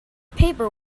paper